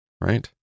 right